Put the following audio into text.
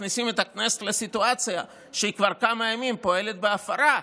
ואז מכניסים את הכנסת לסיטואציה שהיא כבר כמה ימים פועלת בהפרה.